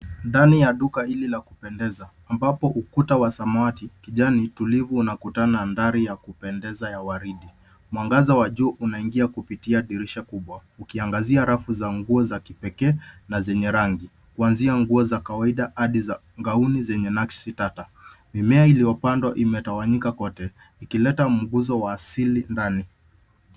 Ndani ya duka hili la kupendeza ambapo ukuta wa samati kijani tulivu unakutana na madhari ya kupendeza ya waridi. Mwangaza wa jua unaingia kupitia dirisha kubwa ukiangazia rafu za nguo za kipekee na zenye rangi kuanzia nguo za kawaida na gauni zenye nakshi tata. Mimea iliyo pandwa imetawanyika kote ikileta mguzo wa asili ndani.